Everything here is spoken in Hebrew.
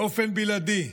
באופן בלעדי.